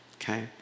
okay